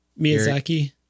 Miyazaki